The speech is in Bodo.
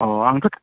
अ आंथ'